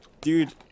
Dude